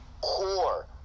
core